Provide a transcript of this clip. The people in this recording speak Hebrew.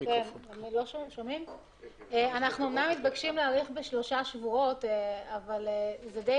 אנחנו מתבקשים להיערך לשלושה שבועות אבל זה די